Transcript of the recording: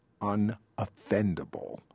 Unoffendable